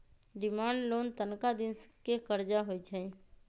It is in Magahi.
डिमांड लोन तनका दिन के करजा होइ छइ